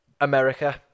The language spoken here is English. America